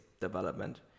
development